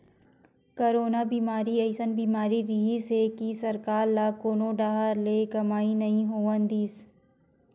corona बेमारी अइसन बीमारी रिहिस हे कि सरकार ल कोनो डाहर ले कमई नइ होवन दिस